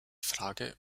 frage